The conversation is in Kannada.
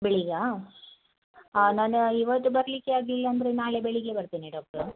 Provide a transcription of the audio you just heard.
ಬೆಳಿಗ್ಗೆಯಾ ಹಾಂ ನಾನು ಇವತ್ತು ಬರಲಿಕ್ಕೆ ಆಗಲಿಲ್ಲ ಅಂದರೆ ನಾಳೆ ಬೆಳಿಗ್ಗೆ ಬರ್ತೇನೆ ಡಾಕ್ಟರ್